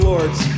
Lords